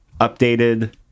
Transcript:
updated